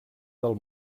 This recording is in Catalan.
del